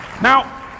now